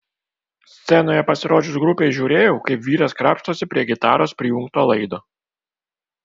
scenoje pasirodžius grupei žiūrėjau kaip vyras krapštosi prie gitaros prijungto laido